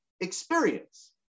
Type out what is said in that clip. experience